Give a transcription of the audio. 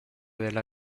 della